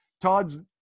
todd's